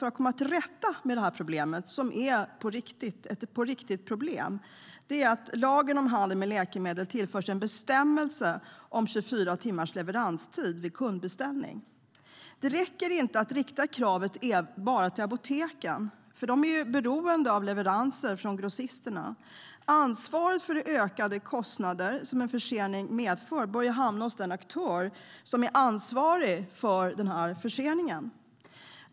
För att komma till rätta med problemet, som är ett riktigt problem, vill Vänsterpartiet att lagen om handel med läkemedel tillförs en bestämmelse om 24 timmars leveranstid vid kundbeställning. Det räcker dock inte att rikta kravet bara mot apoteken eftersom de är beroende av leveranser från grossisterna. Ansvaret för de ökade kostnader som en försening medför bör hamna hos den aktör som är ansvarig för förseningen.